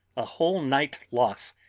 a whole night lost,